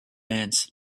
ants